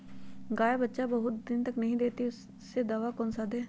गाय बच्चा बहुत बहुत दिन तक नहीं देती कौन सा दवा दे?